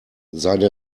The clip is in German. seine